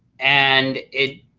and it